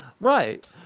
Right